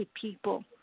people